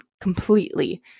completely